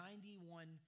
91%